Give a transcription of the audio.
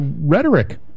rhetoric